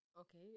Okay